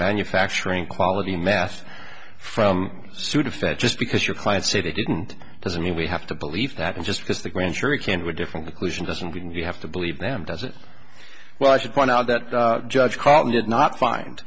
manufacturing quality meth from sudafed just because your clients say they didn't doesn't mean we have to believe that just because the grand jury can do a different conclusion doesn't mean you have to believe them does it well i should point out that the judge called me did not find